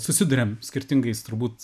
susiduriam skirtingais turbūt